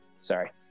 Sorry